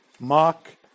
Mark